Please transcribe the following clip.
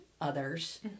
others